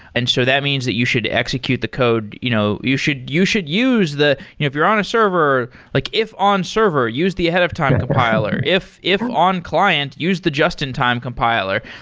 and so that means that you should execute the code. you know you should you should use the if you're on a server, like if on server, use the ahead of time compiler. if if on client, use the just-in-time compiler.